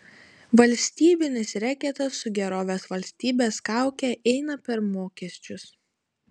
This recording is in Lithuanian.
valstybinis reketas su gerovės valstybės kauke eina per mokesčius